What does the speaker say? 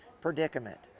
predicament